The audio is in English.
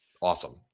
awesome